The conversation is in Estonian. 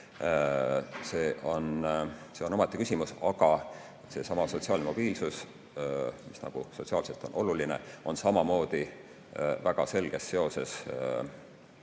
on omaette küsimus. Aga seesama sotsiaalne mobiilsus, mis on sotsiaalselt oluline, on samamoodi väga selges seoses